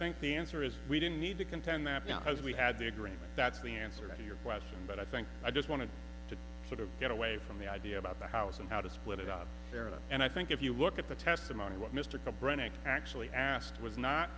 think the answer is we didn't need to contend that now as we had the agreement that's the answer to your question but i think i just wanted to sort of get away from the idea about the house and how to split it up there and i think if you look at the testimony what mr brennan actually asked was not